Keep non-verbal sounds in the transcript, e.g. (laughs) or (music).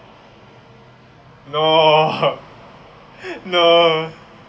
no (laughs) no